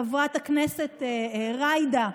חברת הכנסת ג'ידא,